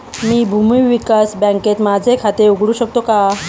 मी भूमी विकास बँकेत माझे खाते उघडू शकतो का?